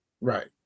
Right